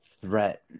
threat